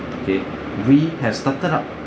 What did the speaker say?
okay we have started up